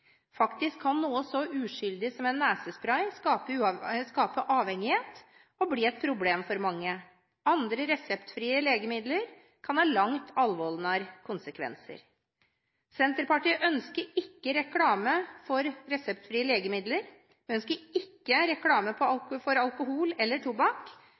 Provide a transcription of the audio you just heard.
Faktisk kan noe så uskyldig som en nesespray skape avhengighet og bli et problem for mange. Andre reseptfrie legemidler kan ha langt alvorligere konsekvenser. Senterpartiet ønsker ikke reklame for reseptfrie legemidler, ikke for alkohol eller tobakk og heller ikke for politisk reklame.